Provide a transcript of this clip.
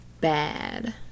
bad